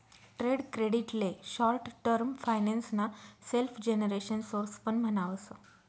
trade credit ले short term finance ना self generation source पण म्हणावस